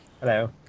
Hello